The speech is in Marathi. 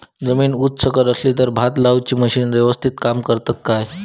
जमीन उच सकल असली तर भात लाऊची मशीना यवस्तीत काम करतत काय?